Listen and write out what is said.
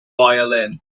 violin